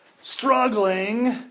struggling